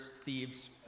thieves